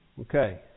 Okay